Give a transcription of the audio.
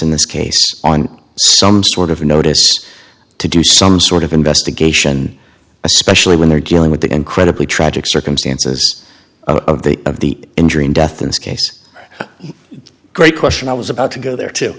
in this case on some sort of notice to do some sort of investigation especially when they're dealing with the incredibly tragic circumstances of the injury and death in this case great question i was about to go there too